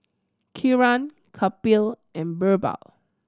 Kiran Kapil and Birbal